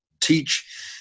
teach